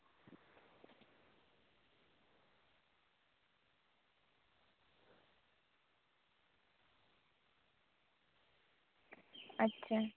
ᱟᱪᱪᱷᱟ